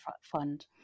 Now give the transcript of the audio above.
fund